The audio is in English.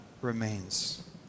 remains